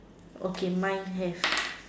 okay mine have